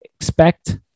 Expect